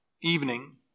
evening